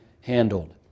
handled